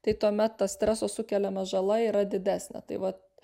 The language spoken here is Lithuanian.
tai tuomet ta streso sukeliama žala yra didesnė tai vat